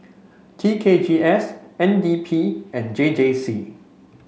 T K G S N D P and J J C